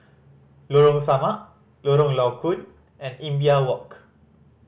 Lorong Samak Lorong Low Koon and Imbiah Walk